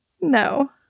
No